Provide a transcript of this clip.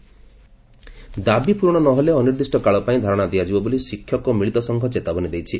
ଧାରଣା ଦାବି ପ୍ରରଣ ନ ହେଲେ ଅନିର୍ଦିଷ୍ କାଳ ପାଇଁ ଧାରଣା ଦିଆଯିବ ବୋଲି ଶିକ୍ଷକ ମିଳିତ ସଂଘ ଚେତାବନୀ ଦେଇଛି